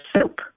soup